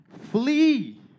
Flee